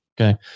Okay